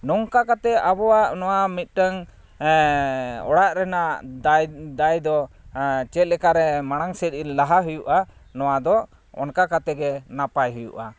ᱱᱚᱝᱠᱟ ᱠᱟᱛᱮ ᱟᱵᱚᱣᱟᱜ ᱱᱚᱣᱟ ᱢᱤᱫᱴᱟᱹᱝ ᱚᱲᱟᱜ ᱨᱮᱱᱟᱜ ᱫᱟᱭ ᱫᱟᱭ ᱫᱚ ᱪᱮᱫ ᱞᱮᱠᱟᱨᱮ ᱢᱟᱲᱟᱝ ᱥᱮᱫ ᱞᱟᱦᱟ ᱦᱩᱭᱩᱜᱼᱟ ᱱᱚᱣᱟ ᱫᱚ ᱚᱱᱠᱟ ᱠᱟᱛᱮ ᱜᱮ ᱱᱟᱯᱟᱭ ᱦᱩᱭᱩᱜᱼᱟ